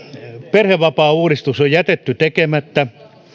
perhevapaauudistus on jätetty tekemättä